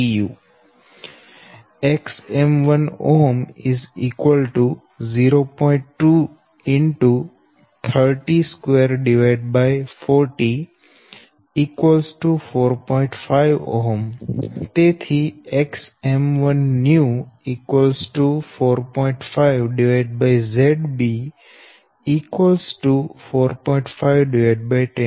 413 pu એ જ રીતે Xm2 new 0